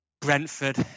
Brentford